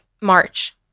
March